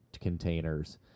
containers